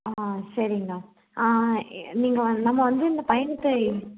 ஆ சரிங்கண்ணா ஏ நீங்கள் நம்ம வந்து இந்த பயணத்தை